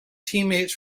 teammates